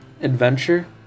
adventure